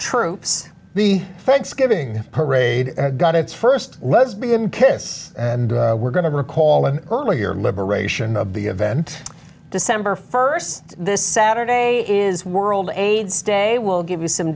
troops the thanksgiving parade got its first lesbian kiss and we're going to recall an earlier liberation of the event december first this saturday is world aids day we'll give you some